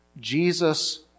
Jesus